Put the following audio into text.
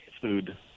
food